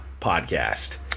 podcast